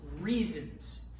reasons